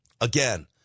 Again